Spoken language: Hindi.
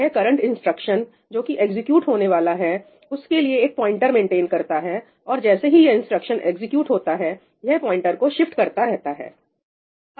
यह करंट इंस्ट्रक्शन जो कि एग्जीक्यूट होने वाला है उसके लिए एक प्वाइंटर मेंटेन करता हैऔर जैसे ही यह इंस्ट्रक्शन एग्जीक्यूट होता है यह प्वाइंटर को शिफ्ट करता रहता है